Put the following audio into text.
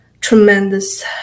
tremendous